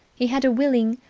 he had a willing,